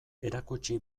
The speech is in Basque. erakutsi